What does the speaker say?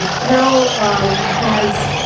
carol has,